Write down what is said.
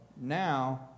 now